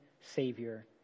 Savior